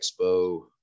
Expo